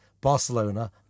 Barcelona